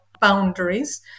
boundaries